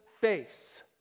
face